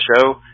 show